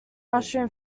mushroom